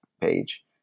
page